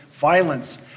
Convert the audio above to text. violence